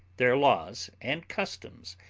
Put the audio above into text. their laws and customs,